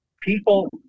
People